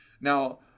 Now